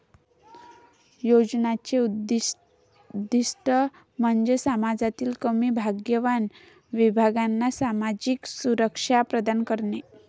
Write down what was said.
योजनांचे उद्दीष्ट म्हणजे समाजातील कमी भाग्यवान विभागांना सामाजिक सुरक्षा प्रदान करणे